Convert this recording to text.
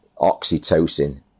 oxytocin